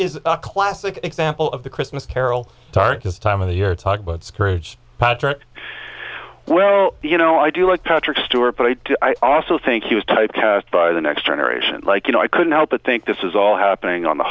is a classic example of the christmas carol this time of year talk about scrooge patrick well you know i do like patrick stewart but i also think he was typecast by the next generation like you know i couldn't help but think this is all happening on the